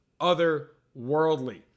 otherworldly